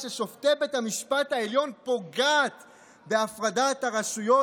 של שופטי בית המשפט העליון פוגעת בהפרדת הרשויות,